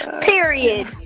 Period